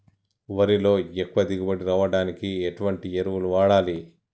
వరిలో ఎక్కువ దిగుబడి రావడానికి ఎటువంటి ఎరువులు వాడాలి?